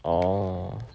orh